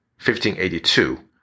1582